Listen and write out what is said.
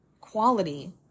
quality